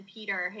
Peter